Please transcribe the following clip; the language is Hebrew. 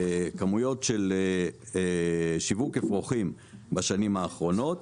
כמויות של שיווק אפרוחים בשנים האחרונות,